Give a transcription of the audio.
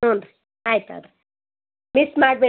ಹ್ಞೂ ರೀ ಆಯ್ತು ತಗೊಳ್ರಿ ಮಿಸ್ ಮಾಡ್ಬೇ